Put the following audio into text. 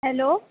hello